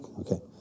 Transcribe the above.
Okay